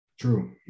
True